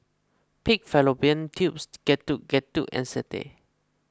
Pig Fallopian Tubes Getuk Getuk and Satay